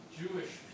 Jewish